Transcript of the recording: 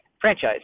franchise